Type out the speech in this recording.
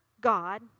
God